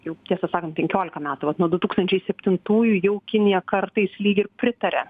jau tiesą sakant penkiolika metų vat nuo du tūkstančiai septintųjų jau kinija kartais lyg ir pritaria